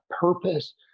purpose